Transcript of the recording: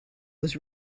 was